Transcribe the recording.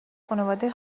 خانواده